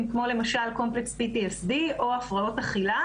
כמו למשל Complex PTSD או הפרעות אכילה.